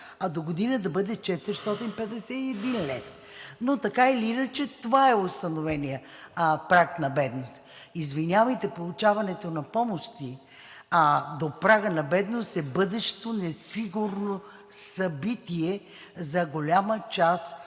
а догодина да бъде 451 лв. Но така или иначе това е установеният праг на бедност. Извинявайте, получаването на помощи до прага на бедност е бъдещо несигурно събитие за голяма част